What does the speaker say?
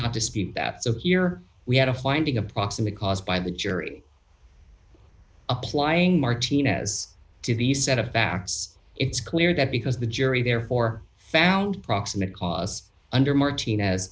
not dispute that so here we had a finding of proximate cause by the jury applying martinez to the set of facts it's clear that because the jury therefore found proximate cause under martnez